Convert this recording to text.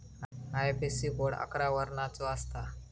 IFSC code अकरा वर्णाचो असता